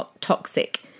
toxic